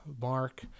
Mark